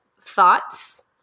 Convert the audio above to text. thoughts